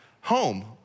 home